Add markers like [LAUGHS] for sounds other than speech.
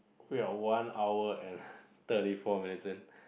we are one hour and [LAUGHS] thirty four minutes in